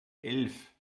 elf